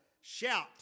shout